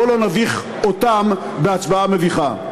בואו לא נביך אותם בהצבעה מביכה.